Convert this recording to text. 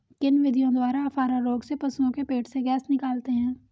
किन विधियों द्वारा अफारा रोग में पशुओं के पेट से गैस निकालते हैं?